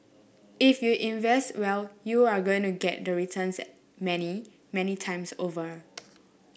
if you invest well you're going to get the returns many many times over